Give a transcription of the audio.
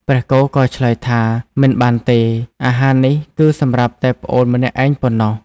ព្រះគោក៏ឆ្លើយថា មិនបានទេ អាហារនេះគឺសម្រាប់តែប្អូនម្នាក់ឯងប៉ុណ្ណោះ។